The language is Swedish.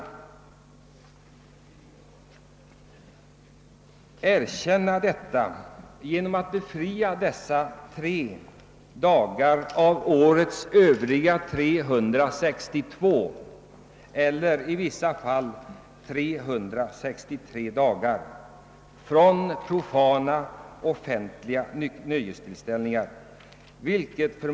Vi bör erkänna detta genom att befria dessa tre dagar — av årets 362 eller i vissa fall 363 — från profana offentliga nöjestillställningar.